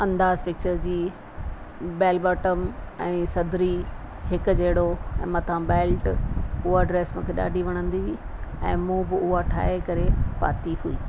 अंदाज़ पिचर जी बैलबॉटम ऐं सदरी हिकु जहिड़ो ऐं मथां बैल्ट उहा ड्रेस मूंखे ॾाढी वणंदी हुई ऐं मूं बि उहा ठाहे करे पाती हुई